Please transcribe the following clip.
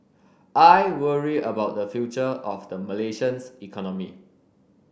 I worry about the future of the Malaysians economy